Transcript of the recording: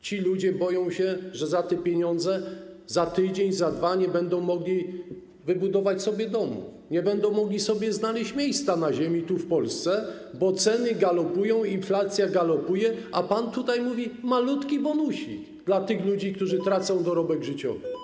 Ci ludzie boją się, że za te pieniądze za tydzień czy za dwa nie będą mogli wybudować sobie domów, że nie będą mogli znaleźć sobie miejsca na ziemi, w Polsce, bo ceny galopują, inflacja galopuje, a pan tutaj daje malutki bonusik dla tych ludzi, którzy tracą dorobek życiowy.